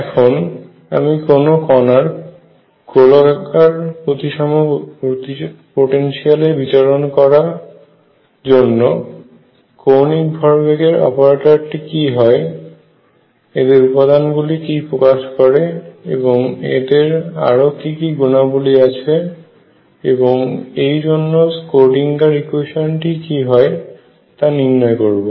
এখন আমি কোনো কণার গোলাকার প্রতিসম পোটেনশিয়ালে বিচলণ এর জন্য কৌণিক ভরবেগ এর অপারেটর কি হয এদের উপাদান গুলি কি প্রকাশ করে এবং এদের আরো কি কি গুণাবলী আছে এবং এই জন্য স্ক্রোডিঙ্গার ইকুয়েশানটিSchrödinger equation কি হয় তা নির্ণয় করব